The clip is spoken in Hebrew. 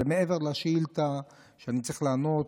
ומעבר לשאילתה שאני צריך לענות,